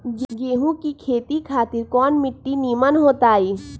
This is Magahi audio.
गेंहू की खेती खातिर कौन मिट्टी निमन हो ताई?